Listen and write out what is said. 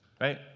Right